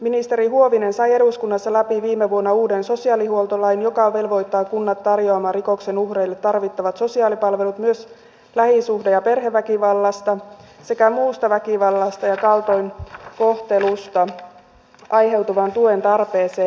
ministeri huovinen sai eduskunnassa läpi viime vuonna uuden sosiaalihuoltolain joka velvoittaa kunnat tarjoamaan rikosten uhreille tarvittavat sosiaalipalvelut myös lähisuhde ja perheväkivallasta sekä muusta väkivallasta ja kaltoinkohtelusta aiheutuvaan tuen tarpeeseen